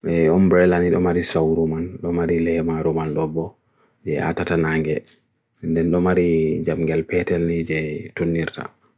Umbrella nir umarisaw ruman, umarilema ruman lobbo, jye atata nanghe, nnden umari jabngal petel nijye tunnirta.